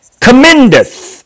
commendeth